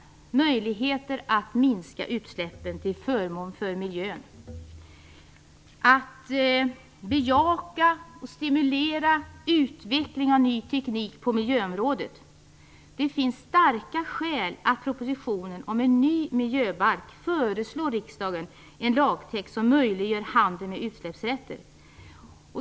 Vi har möjligheter att minska utsläppen till förmån för miljön och att bejaka och stimulera utveckling av ny teknik på miljöområdet. Det finns starka skäl för att regeringen i propositionen om en ny miljöbalk föreslår riksdagen en lagtext som möjliggör handel med utsläppsrätter.